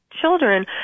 children